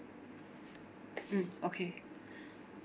mm okay